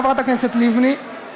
חברת הכנסת לבני,